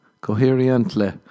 Coherently